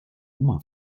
oma